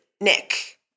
Nick